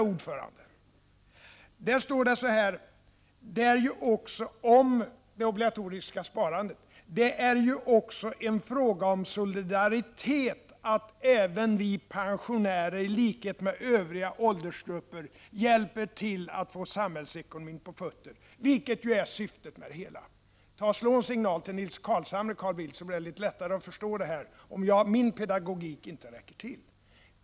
I tidningen står det om det obligatoriska sparandet att det också är en fråga om solidaritet att även pensionärer i likhet med övriga åldersgrupper hjälper till att få samhällsekonomin på fötter, vilket ju är syftet med det hela. Slå en signal till Nils Carlshamre, Carl Bildt, så blir det litet lättare att förstå det här om min pedagogik nu inte räcker till.